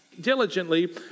diligently